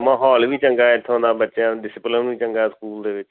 ਮਾਹੌਲ ਵੀ ਚੰਗਾ ਇੱਥੋਂ ਦਾ ਬੱਚਿਆਂ ਨੂੰ ਡਿਸਪਲਨ ਵੀ ਚੰਗਾ ਸਕੂਲ ਦੇ ਵਿੱਚ